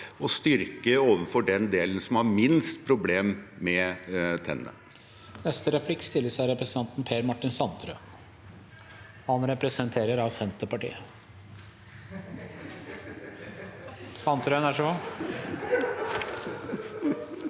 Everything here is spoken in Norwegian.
å styrke overfor den delen som har minst problemer med tennene.